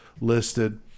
listed